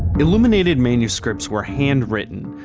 illuminated manuscripts were handwritten.